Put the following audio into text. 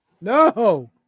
No